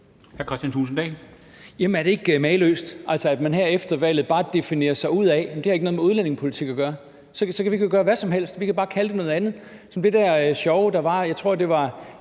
er det ikke mageløst, at man her efter valget bare definerer sig ud af det og siger, at det ikke har noget med udlændingepolitik at gøre? Så kan vi gøre hvad som helst. Vi kan bare kalde det noget andet,